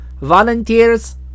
Volunteers